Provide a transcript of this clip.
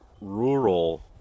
rural